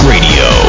Radio